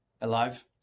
alive